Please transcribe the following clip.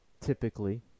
typically